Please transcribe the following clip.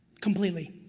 completely,